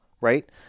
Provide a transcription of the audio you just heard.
right